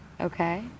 Okay